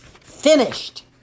Finished